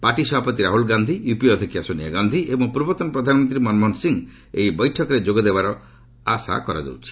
party ସଭାପତି Rahul Gandhi UPA ଅଧ୍ୟକ୍ଷା ସୋନିଆ ଗାନ୍ଧି ଏବଂ ପୂର୍ବତନ ପ୍ରଧାନମନ୍ତ୍ରୀ ମନମୋହନ ସିଂହ ଏହି ବୈଠକରେ ଯୋଗ ଦେବାର ଆଶା କରାଯାଉଛି